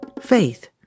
Faith